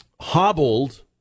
hobbled